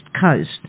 Coast